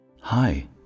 Hi